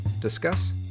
discuss